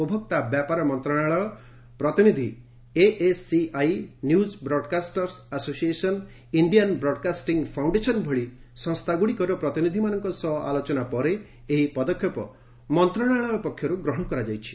ଉପଭୋକ୍ତା ବ୍ୟାପାର ମନ୍ତ୍ରଣାଳୟ ପ୍ରତିନିଧି ASCI news broadcasters association Indian broadcasting foundation ଭଳି ସଂସ୍ଥାଗୁଡ଼ିକର ପ୍ରତିନିଧିମାନଙ୍କ ସହ ଆଲୋଚନା ପରେ ଏହି ପଦକ୍ଷେପ ମନ୍ତ୍ରଶାଳୟ ପକ୍ଷରୁ ଗ୍ରହଣ କରାଯାଇଛି